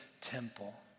temple